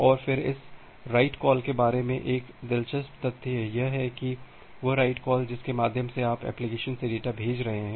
और फिर इस राईट कॉल के बारे में एक दिलचस्प तथ्य यह है कि वह राईट कॉल जिसके माध्यम से आप एप्लिकेशन से डेटा भेज रहे हैं